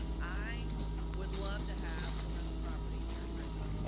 i would love to have a rental property near prison.